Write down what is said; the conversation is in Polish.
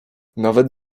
nawet